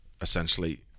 essentially